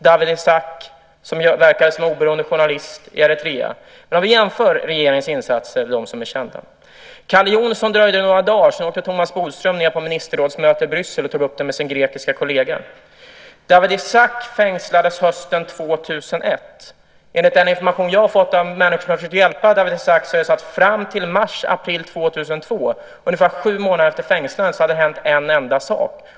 Dawit Isaak verkar som oberoende journalist i Eritrea. Låt oss jämföra regeringens insatser, dem som är kända, för dessa. För Calle Jonssons del dröjde det bara dagar innan Thomas Bodström tog upp det med sin grekiska kollega på ett ministerrådsmöte i Bryssel. Dawid Isaak fängslades hösten 2001. Enligt den information som jag har fått av människor som har försökt hjälpa honom hade det fram till mars april 2002, ungefär sju månader efter fängslandet, hänt en enda sak.